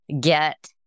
get